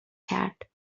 کرد